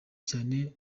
cyane